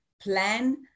plan